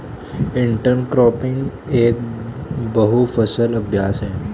intercropping एक बहु फसल अभ्यास है